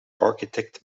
architect